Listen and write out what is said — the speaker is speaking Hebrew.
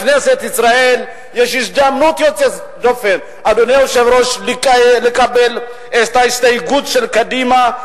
לכנסת ישראל יש הזדמנות יוצאת דופן לקבל את ההסתייגות של קדימה.